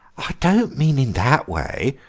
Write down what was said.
i don't mean in that way,